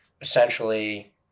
essentially